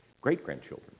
great-grandchildren